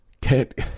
Can't